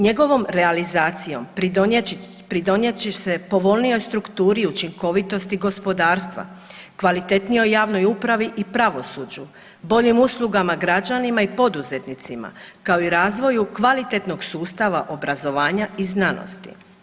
Njegovom realizacijom pridonijet će se povoljnijoj strukturi i učinkovitosti gospodarstva, kvalitetnijoj javnoj upravi i pravosuđu, boljim uslugama građanima i poduzetnicima, kao i razvoju kvalitetnog sustava obrazovanja i znanosti.